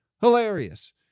Hilarious